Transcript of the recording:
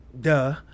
duh